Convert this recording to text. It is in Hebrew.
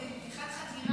שאלתי על פתיחת חקירה.